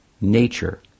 nature